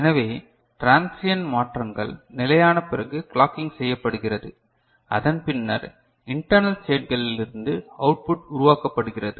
எனவே டிரான்சியண்டு மாற்றங்கள் நிலையான பிறகு கிளாக்கிங் செய்யப்படுகிறது அதன்பின்னர் இன்டர்ணல் ஸ்டேட்களிலிருந்து அவுட்புட் உருவாக்கப்படுகிறது